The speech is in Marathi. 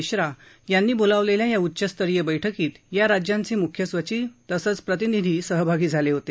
मिश्रा यांनी बोलावलेल्या या उच्चस्तरीय बैठकीत या राज्यांचे मुख्य सचिव तसंच प्रतिनिधी सहभागी झाले होते